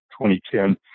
2010